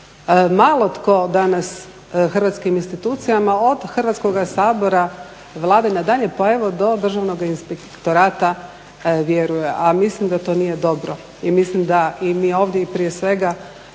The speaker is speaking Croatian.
Malo tko danas hrvatskim institucijama, od Hrvatskoga sabora, Vlade na dalje, pa evo do Državnoga inspektorata vjeruje a mislim da to nije dobro i mislim da i mi ovdje i prije svega,